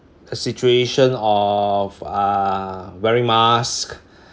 a situation of uh wearing mask